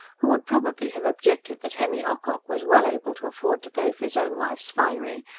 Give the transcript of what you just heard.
who would probably have objected that henry ocock was well able to afford to pay for his own wife's finery,